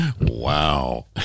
Wow